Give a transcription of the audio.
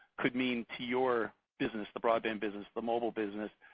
could mean to your business, the broadband business, the mobile business,